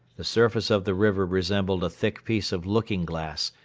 the surface of the river resembled a thick piece of looking-glass,